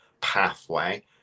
pathway